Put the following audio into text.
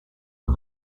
are